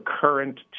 Current